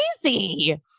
crazy